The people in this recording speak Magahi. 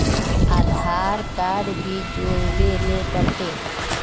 आधार कार्ड भी जोरबे ले पड़ते?